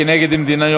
5507,